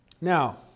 Now